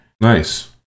nice